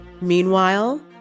Meanwhile